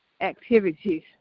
activities